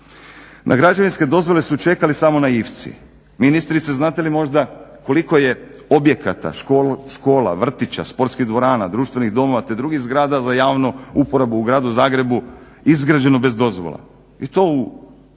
Na građevinske dozvole ću čekali samo naivci, ministrice znate li možda koliko je objekata, škola, vrtića, športskih dvorana, društvenih domova te drugih zgrada za javnu uporabu u gradu Zagrebu izgrađeno bez dozvole i to u